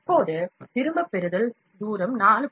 இப்போது திரும்பப் பெறுதல் தூரம் 4